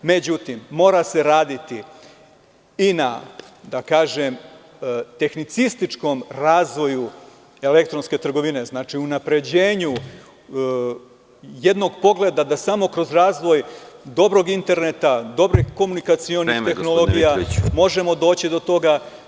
Međutim, mora se raditi i na tehnicističkom razvoju elektronske trgovine, znači unapređenju jednog pogleda da samo kroz razvoj dobrog interneta, dobrih komunikacionih tehnologija, možemo doći do toga.